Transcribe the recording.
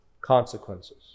consequences